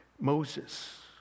Moses